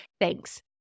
Thanks